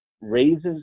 raises